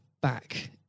back